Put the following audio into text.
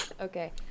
Okay